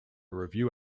review